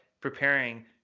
preparing